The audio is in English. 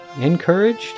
encouraged